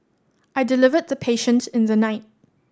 I delivered the patient in the night